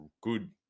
good